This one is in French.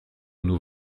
nous